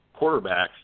quarterbacks